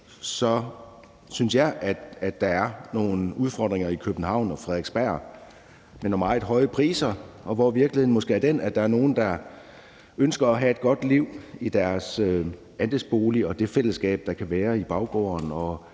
så synes jeg, at der er nogle udfordringer i København og på Frederiksberg med nogle meget høje priser. Virkeligheden er måske, at der er nogle, der ønsker at have et godt liv i deres andelsbolig og i det fællesskab, der kan være i baggården og